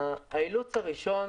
האילוץ הראשון